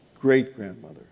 great-grandmother